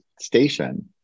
station